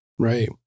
Right